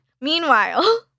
Meanwhile